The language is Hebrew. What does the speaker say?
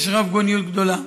יש רבגוניות גדולה.